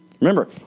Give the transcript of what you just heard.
Remember